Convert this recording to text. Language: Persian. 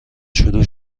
شروع